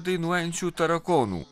dainuojančių tarakonų